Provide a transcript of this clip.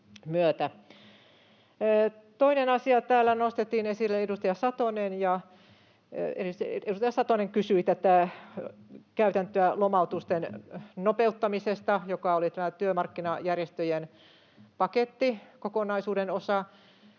Toinen asia, joka täällä nostettiin esille: Edustaja Satonen kysyi tätä käytäntöä lomautusten nopeuttamisesta, joka oli tämän työmarkkinajärjestöjen paketin kokonaisuuden osa.